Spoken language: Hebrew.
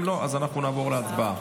אם לא, אנחנו נעבור להצבעה.